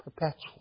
Perpetual